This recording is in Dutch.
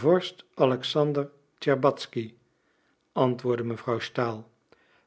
vorst alexander tscherbatzky antwoordde mevrouw stahl